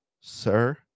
sir